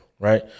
Right